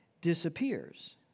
disappears